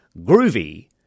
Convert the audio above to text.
Groovy